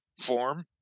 form